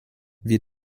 wir